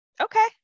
Okay